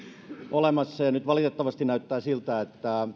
olemassa ja nyt valitettavasti näyttää siltä että